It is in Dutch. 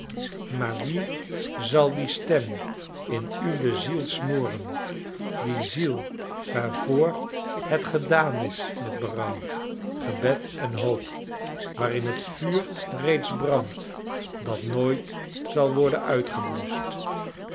maar wie zal die stem in uwe ziel smoren die ziel waarvoor het gedaan is met berouw gebed en hoop waarin het vuur reeds brandt dat nooit zal worden uitgebluscht